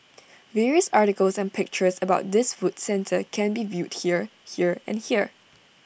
various articles and pictures about this food centre can be viewed here here and here